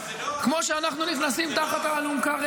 כמו שאנחנו נכנסים תחת האלונקה --- אבל,